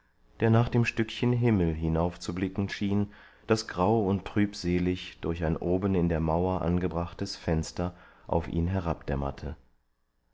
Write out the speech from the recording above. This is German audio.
der nach dem stückchen himmel hinaufzublicken schien das grau und trübselig durch ein oben in der mauer angebrachtes fenster auf ihn